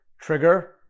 trigger